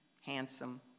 handsome